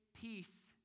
peace